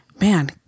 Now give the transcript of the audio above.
man